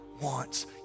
wants